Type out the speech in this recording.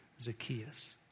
Zacchaeus